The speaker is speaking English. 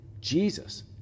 Jesus